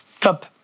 top